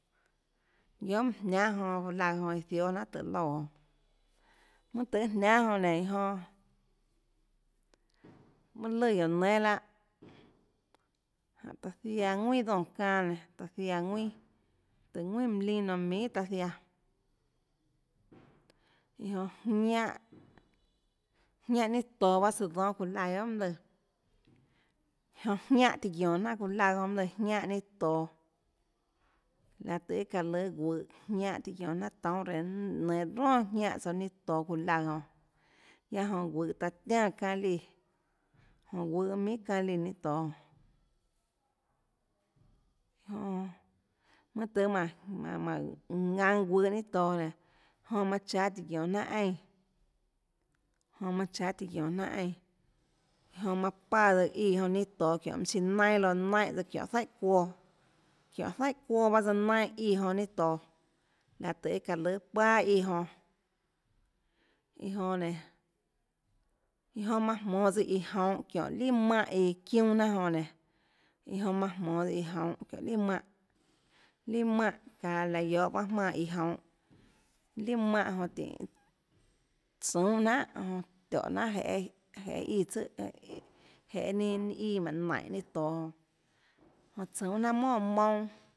Guiohà mønâ jniánâ jonãçuuã laøã jonã iã zióâ jnanhàtùhå loúã jonã mønâ tøhê jniánâ jonã nénå iã jonãmønâ lùã guióå nénâ lahâ jánhå taã ziaã ðuinà dónã çanâ nenãtaã ziaã ðuinàtùhå ðuinà molino minhà taã ziaã iã jonã jiánhãjiánhãninâ toå pahâ tsøã dónâ çuuã laøã guiohà mønâ lùãjonã jiánhãtiã guiónå jnanà çuuã laøã jonã mønâ lùãjiánhãninâ toå laê tøhê iâ çaã lùâ guøhåjiánhãtiã guiónå jnanàtoúnâ reã nenå ronà jiánhã tsouã ninâ toå çuuã laøã jonã guiaâ jonã guøhå taã tiánã çanâ líã jónhå guøhå minhà çanâ líã ninâ toå jonãjonã mønâ tøhê jmánhåjmánhåjmánhåðanå guøhå ninâ toå jonãnénå manã cháâ tiã guiónå jnanà eínã jonãmanã cháâ tiã guiónå jnanà eínã jonã manã páã tsøã íã jonã ninâ toå çiónhå mønã siã nailo naínhãçiónhå zaíhà çuoãçiónhå zaíhà çuoãpahâ tsøã naínhãíâ jonã ninâ toå laã tøhê iâ çaâ lùâ paâ íã jonã iã jonã nénå iã jonã manã jmonå tsøã íã jounhå çiónhå lià mánhã iã çiunâ jnanà jonã nénå iã jonã manã jmonå tsøã íã jounhå çiónå lià mánhã lià mánhã çaå laå guiohå pahâ jmáãíã jounhå lià mánhã jonã tíhå tsuønê jnanhàjonã tiónhå jnanhà jeê jeê íã mánhå naínhå ninâ toå jonã manã tsuønê jnanhà monà mounâ